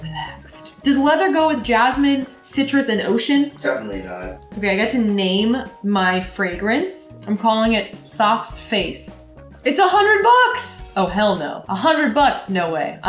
relaxed. does leather go with jasmine citrus and ocean? okay i get to name my fragrance. i'm calling it, saf's face it's a hundred bucks! oh hell no. a hundred bucks. no way,